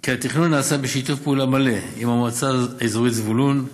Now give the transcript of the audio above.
כי התכנון נעשה בשיתוף פעולה מלא עם המועצה האזורית זבולון,